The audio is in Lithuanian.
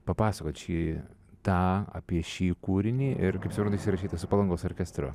papasakoti šį tą apie šį kūrinį ir kaip suprantu jis įrašytas su palangos orkestru